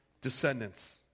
descendants